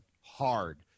hard